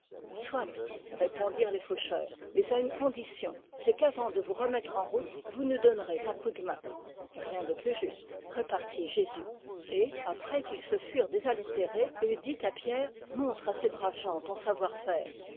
soit répondirent les faucheurs mais à une condition c'est qu'avant de vous remettre en route vous nous donnerez un coup de main rien de plus juste repartit jésus et après qu'ils se furent désaltérés il dit à pierre montre à ces braves gens ton savoir-faire